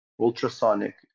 ultrasonic